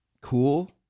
cool